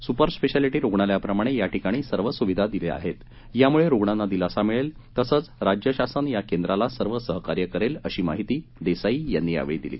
super speciality रुग्णालया प्रमाणे या ठिकाणी सर्व सुविधा देण्यात आल्या असून यामुळे रुग्णांना दिलासा मिळेल तसच राज्य शासन या केंद्राला सर्व सहकार्य करेल अशी माहिती देसाई यांनी दिली